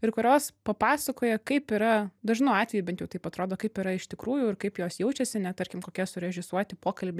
ir kurios papasakoja kaip yra dažnu atveju bent jau taip atrodo kaip yra iš tikrųjų ir kaip jos jaučiasi ne tarkim kokie surežisuoti pokalbiai